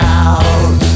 out